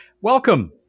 Welcome